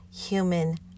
human